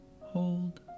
hold